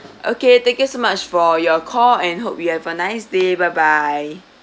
okay thank you so much for your call and hope you have a nice day bye bye